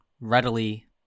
readily